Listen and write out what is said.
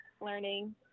learning